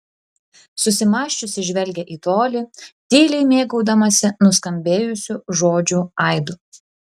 susimąsčiusi žvelgė į tolį tyliai mėgaudamasi nuskambėjusių žodžių aidu